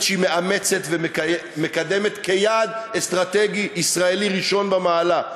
שהיא מאמצת ומקדמת כיעד אסטרטגי ישראלי ראשון במעלה,